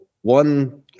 one